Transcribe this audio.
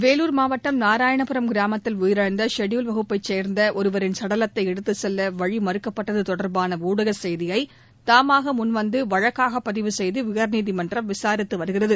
வேலூர் மாவட்டம் நாராயணபுரம் கிராமத்தில் உயிரிழந்த ஷெடியூவ்ட் வகுப்பைச் சேர்ந்த ஒருவரின் சடலத்தை எடுத்துச் செல்ல வழி மறுக்கப்பட்டது தொடர்பான ஊடக செய்தியை தாமாக முன்வந்து வழக்காக பதிவு செய்து உயர்நீதிமன்றம் விசாரித்து வருகிறது